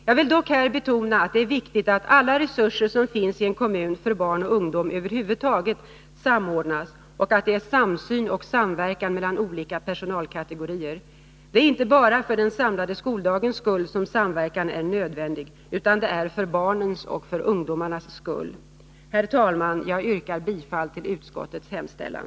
Jag vill dock här betona att det är viktigt att alla resurser för barn och ungdom som över huvud taget finns i en kommun samordnas och att det är samsyn och samverkan mellan olika personalkategorier. Det är inte bara för den samlade skoldagens skull som samverkan är nödvändig, utan det är för barnens och ungdomarnas skull. Herr talman! Jag yrkar bifall till utskottets hemställan.